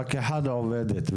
רק אחת עובדת.